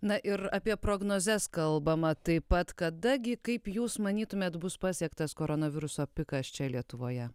na ir apie prognozes kalbama taip pat kada gi kaip jūs manytumėt bus pasiektas koronaviruso pikas čia lietuvoje